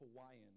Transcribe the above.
Hawaiian